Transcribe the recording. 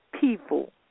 people